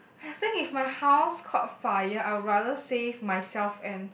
I think if my house caught fire I would rather save myself and